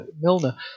Milner